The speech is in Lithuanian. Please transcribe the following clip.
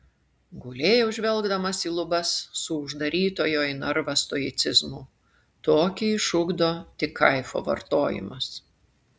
gulėjau žvelgdamas į lubas su uždarytojo į narvą stoicizmu tokį išugdo tik kaifo vartojimas